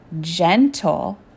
gentle